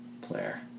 player